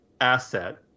asset